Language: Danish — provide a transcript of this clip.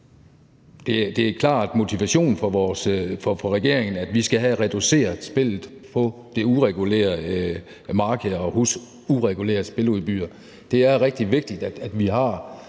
at det klart er motivationen for regeringen, at vi skal have reduceret spillet på det uregulerede marked og hos uregulerede spiludbydere. Det er rigtig vigtigt, at vi har